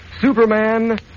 Superman